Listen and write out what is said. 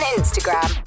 Instagram